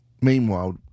Meanwhile